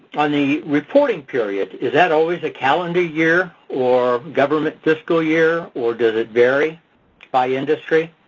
on the reporting period is that always a calendar year or government fiscal year or does it vary by industry?